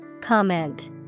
Comment